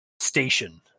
station